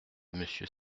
monsieur